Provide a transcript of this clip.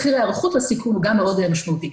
מחיר היערכות לסיכון הוא גם מאוד משמעותי.